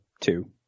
two